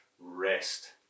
rest